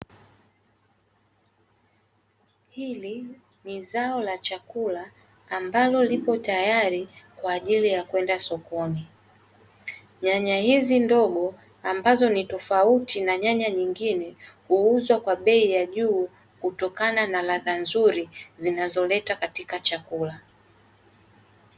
Hili ni zao la chakula ambalo lipo tayari kwa ajili ya kwenda sokoni. Nyanya hizi ndogo ambazo ni tofauti na nyanya nyingine huuzwa kwa bei ya juu kutokana na ladha nzuri zinazoleta katika chakula.